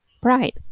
pride